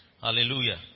Hallelujah